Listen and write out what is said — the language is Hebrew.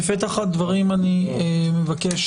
בפתח הדברים אני מבקש